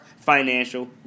financial